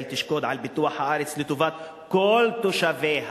"תשקוד על פיתוח הארץ לטובת כל תושביה"